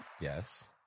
Yes